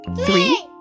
three